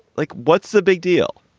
like, what's the big deal?